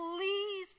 Please